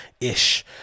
ish